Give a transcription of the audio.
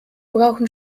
brauchen